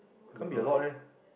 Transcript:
can't be a lot ah